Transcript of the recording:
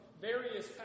various